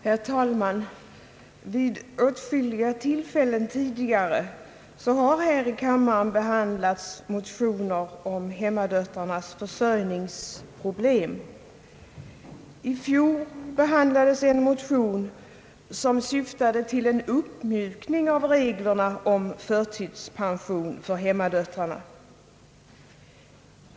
Herr talman! Vid åtskilliga tillfällen tidigare har här i kammaren behandlats motioner om hemmadöttrarnas försörjningsproblem. I fjol behandlades en motion som syftade till en uppmjukning av reglerna om förtidspension för hemmadöttrar.